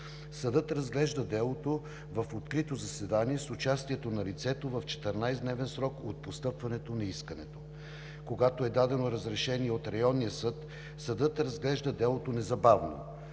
Съдът разглежда делото в открито заседание с участието на лицето в 14-дневен срок от постъпването на искането. Когато е дадено разрешение от районния съд, съдът разглежда делото незабавно.